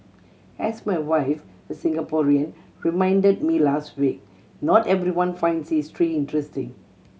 as my wife a Singaporean reminded me last week not everyone finds history interesting